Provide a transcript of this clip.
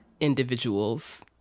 individuals